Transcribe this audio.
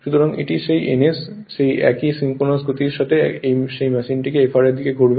সুতরাং এটি সেই ns সেই একই সিনক্রোনাস গতির সাথে সেই মেশিনটিকে Fr এর দিকে ঘুরবে